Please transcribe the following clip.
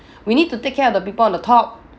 we need to take care of the people on the top